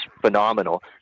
phenomenal